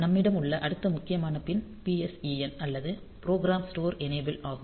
நம்மிடம் உள்ள அடுத்த முக்கியமான பின் PSEN அல்லது ப்ரோகிராம் ஸ்டோர் எனேபிள் ஆகும்